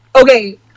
okay